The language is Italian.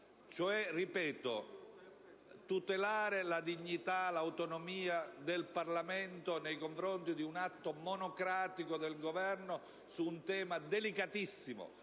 lo ripeto - a tutelare la dignità, l'autonomia del Parlamento nei confronti di un atto monocratico del Governo su un tema delicatissimo